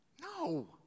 No